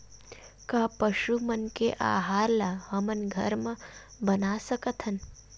का पशु मन के आहार ला हमन घर मा बना सकथन?